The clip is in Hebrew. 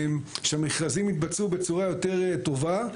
שהמכרזים יתבצעו בצורה יותר טובה,